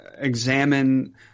examine